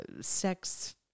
sex